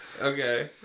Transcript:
Okay